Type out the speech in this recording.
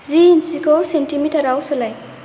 जि इन्सिखौ सेन्टिमिटाराव सोलाय